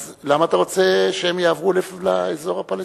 אז למה אתה רוצה שהם יעברו לאזור הפלסטיני?